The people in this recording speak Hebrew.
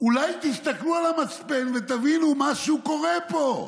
אולי תסתכלו על המצפן ותבינו, משהו קורה פה.